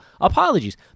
Apologies